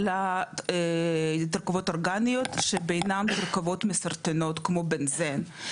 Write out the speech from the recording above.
ולתרכובות אורגניות כשבניהן תרכובות מסרטנות כמו בנזן.